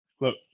Look